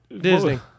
Disney